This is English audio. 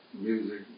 music